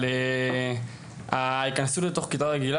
אבל ההיכנסות לתוך כיתה רגילה,